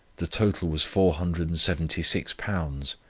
the total was four hundred and seventy six pounds,